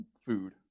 food